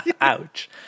Ouch